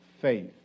faith